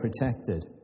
protected